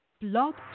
Blog